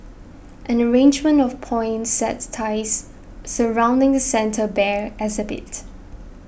an arrangement of poinsettias surrounding the Santa Bear exhibit